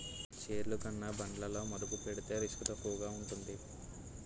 షేర్లు కన్నా బాండ్లలో మదుపు పెడితే రిస్క్ తక్కువగా ఉంటాది